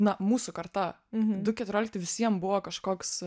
na mūsų karta du keturiolikti visiem buvo kažkoks